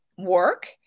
work